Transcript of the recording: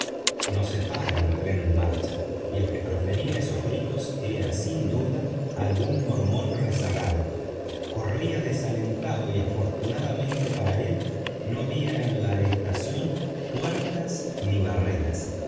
se para un tren en marcha y el que profería esos gritos era sin duda algún mormón rezagado corría desalentado y afortunadamente para él no había en la estación puertas ni barreras